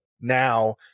now